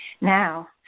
Now